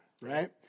right